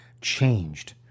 changed